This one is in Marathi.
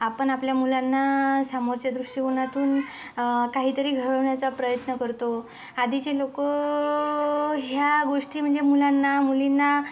आपण आपल्या मुलांना समोरच्या दृष्टीकोनातून काहीतरी घडवण्याचा प्रयत्न करतो आधीचे लोकं ह्या गोष्टी म्हणजे मुलांना मुलींना